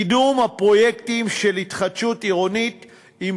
קידום הפרויקטים של התחדשות עירונית עם